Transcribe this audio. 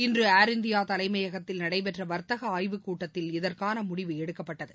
இன்று Air India தலைமையகத்தில் நடைபெற்ற வர்த்தக ஆய்வுக்கூட்டத்தில் இதற்கான முடிவு எடுக்கப்பட்டது